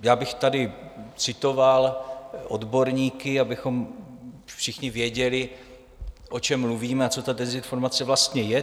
Já bych tady citoval odborníky, abychom všichni věděli, o čem mluvíme a co ta dezinformace vlastně je.